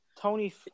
Tony